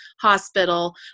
hospital